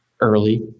early